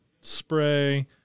spray